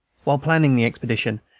while planning the expedition,